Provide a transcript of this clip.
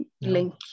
link